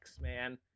man